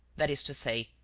that is to say,